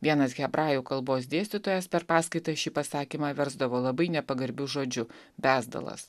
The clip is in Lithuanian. vienas hebrajų kalbos dėstytojas per paskaitas šį pasakymą versdavo labai nepagarbiu žodžiu bezdalas